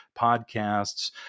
podcasts